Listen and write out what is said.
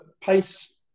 Pace